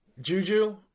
Juju